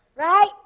Right